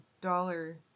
dollar